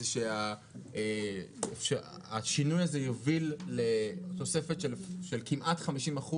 זה שהשינוי הזה יוביל לתוספת של כמעט 50%